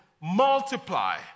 multiply